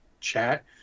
chat